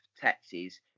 taxes